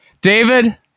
David